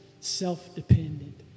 self-dependent